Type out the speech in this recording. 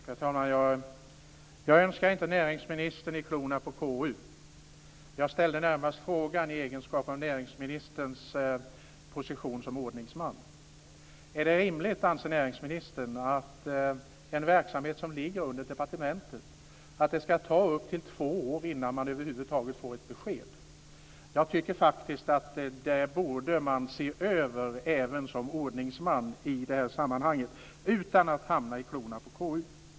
Herr talman! Jag önskar inte näringsministern i klorna på KU. Jag ställde närmast frågan med tanke på näringsministerns position som ordningsman. Är det rimligt, anser näringsministern, att det skall ta upp till två år innan man över huvud taget får ett besked om en verksamhet som ligger under departementet? Jag tycker faktiskt att man även som ordningsman i det här sammanhanget borde kunna se över det utan att hamna i klorna på KU.